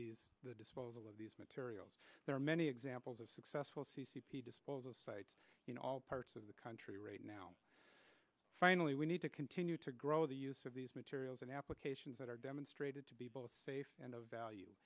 these the disposal of these materials there are many examples of successful c c p disposal sites you know all parts of the country right now finally we need to continue to grow the use of these materials and applications that are demonstrated to be both safe and of value